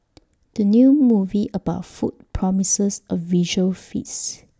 the new movie about food promises A visual feasts